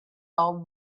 are